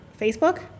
Facebook